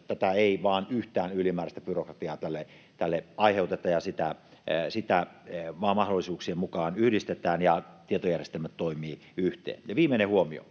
että ei vain yhtään ylimääräistä byrokratiaa tällä aiheuteta ja että sitä mahdollisuuksien mukaan yhdistetään ja tietojärjestelmät toimivat yhteen. Ja viimeinen huomio: